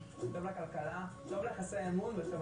את כל התמריצים ואת כל